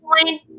point